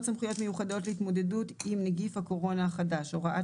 סמכויות מיוחדות להתמודדות עם נגיף הקורונה החדש (הוראת